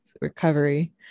recovery